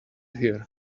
here